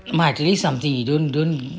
mah at least something you don't don't